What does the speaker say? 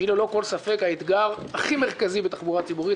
שהיא ללא כל ספק האתגר הכי מרכזי בתחבורה ציבורית,